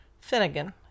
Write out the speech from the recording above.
Finnegan